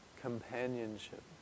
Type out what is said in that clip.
Companionship